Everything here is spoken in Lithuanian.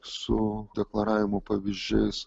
su deklaravimo pavyzdžiais